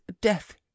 death